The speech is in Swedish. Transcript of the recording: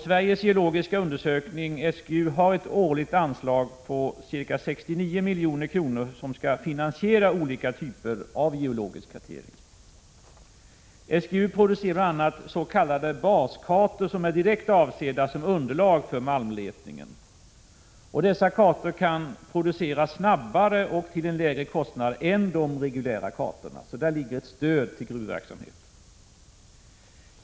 Sveriges geologiska undersökning, SGU, har ett årligt anslag på ca 69 milj.kr. som skall finansiera olika typer av geologisk kartering. SGU producerar bl.a. så kallade baskartor, som är direkt avsedda som underlag för malmletningen. Dessa kartor kan produceras snabbare och till lägre kostnad än de reguljära kartorna. Däri ligger ett stöd till gruvverksamheten.